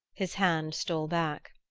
his hand stole back.